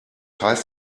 heißt